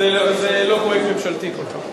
זה לא פרויקט ממשלתי כל כך.